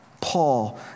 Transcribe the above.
Paul